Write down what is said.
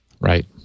Right